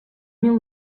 mil